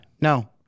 no